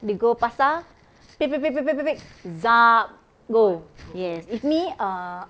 they go pasar pick pick pick pick pick pick zap~ go yes if me err